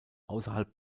außerhalb